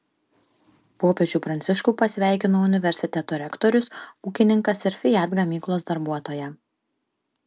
popiežių pranciškų pasveikino universiteto rektorius ūkininkas ir fiat gamyklos darbuotoja